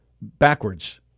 backwards